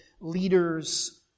leaders